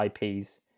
IPs